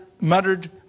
muttered